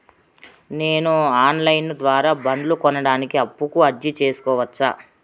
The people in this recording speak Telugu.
నేను ఆన్ లైను ద్వారా బండ్లు కొనడానికి అప్పుకి అర్జీ సేసుకోవచ్చా?